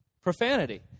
Profanity